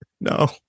No